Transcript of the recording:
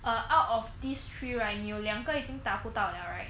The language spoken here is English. err out of these three right 你有两个已经达不到 liao right